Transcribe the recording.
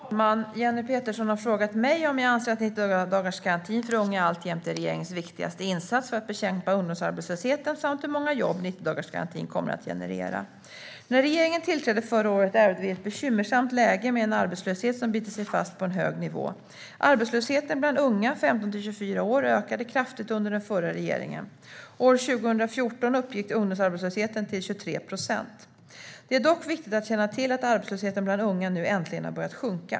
Herr talman! Jenny Petersson har frågat mig om jag anser att 90-dagarsgarantin för unga alltjämt är regeringens viktigaste insats för att bekämpa ungdomsarbetslösheten samt hur många jobb 90-dagarsgarantin kommer att generera. När regeringen tillträdde förra året ärvde vi ett bekymmersamt läge med en arbetslöshet som bitit sig fast på en hög nivå. Arbetslösheten bland unga ökade kraftigt under den förra regeringen. År 2014 uppgick ungdomsarbetslösheten till 23 procent. Det är dock viktigt att känna till att arbetslösheten bland unga nu äntligen har börjat sjunka.